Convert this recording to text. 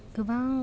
गोबां